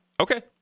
Okay